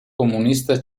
comunista